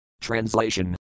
Translation